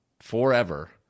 forever